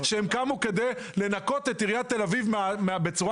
שהם קמו כדי לנקות את עיריית תל-אביב בצורה